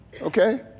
Okay